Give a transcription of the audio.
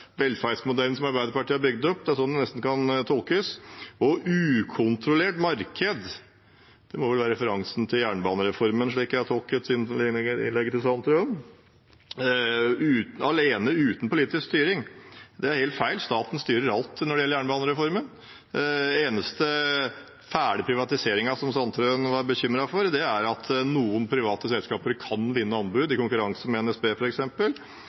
velferdsmodellen som Arbeiderpartiet har bygd opp. Det er nesten sånn det kan tolkes. Når det gjelder «ukontrollert marked», må det være referanse til jernbanereformen, slik jeg tolker innlegget til representanten Sandtrøen. Alene uten politisk styring: Det er helt feil, staten styrer alt når det gjelder jernbanereformen. Den eneste ferdige privatiseringen som representanten Sandtrøen var bekymret for, er at noen private selskaper kan vinne anbud i konkurranse med NSB,